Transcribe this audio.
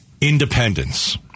Independence